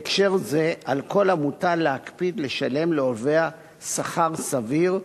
בהקשר זה על כל עמותה להקפיד לשלם לעובדיה שכר סביר,